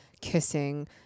kissing